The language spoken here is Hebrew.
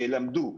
שילמדו,